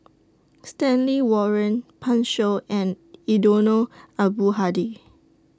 Stanley Warren Pan Shou and Eddino Abdul Hadi